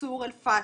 צור אלפסי,